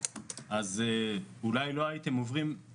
אז אולי לא הייתם עוברים מה שעברנו.